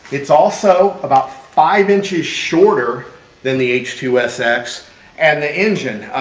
it's also about five inches shorter than the h two sx and the engine.